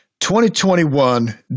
2021